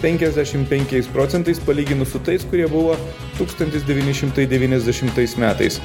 penkiasdešim penkiais procentais palyginus su tais kurie buvo tūkstantis devyni šimtai devyniasdešimtais metais